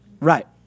Right